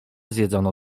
zjedzono